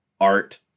art